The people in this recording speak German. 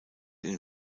den